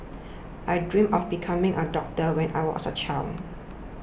I dreamt of becoming a doctor when I was a child